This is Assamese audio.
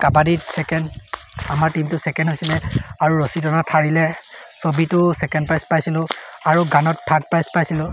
কাবাডীত ছেকেণ্ড আমাৰ টীমটো ছেকেণ্ড হৈছিলে আৰু ৰছী টনাত হাৰিলে ছবিটো ছেকেণ্ড প্ৰাইজ পাইছিলোঁ আৰু গানত থাৰ্ড প্ৰাইজ পাইছিলোঁ